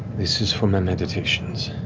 this is for my meditations.